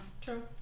True